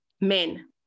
men